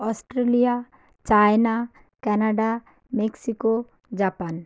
Australia China Canada Mexico Japan